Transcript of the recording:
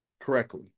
correctly